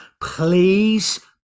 please